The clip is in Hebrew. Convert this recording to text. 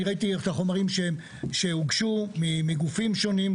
אני ראיתי את החומרים שהוגשו מגופים שונים.